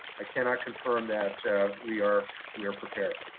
i cannot confirm that we are we are prepared.